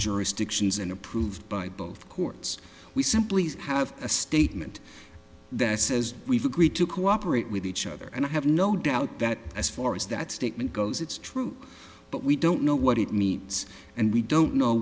jurisdictions and approved by both courts we simply have a statement that says we've agreed to cooperate with each other and i have no doubt that as far as that statement goes it's true but we don't know what it means and we don't know